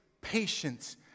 patience